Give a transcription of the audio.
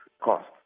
cost